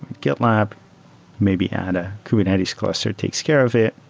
gitlab maybe at a kubernetes cluster takes care of it.